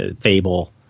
Fable